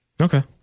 Okay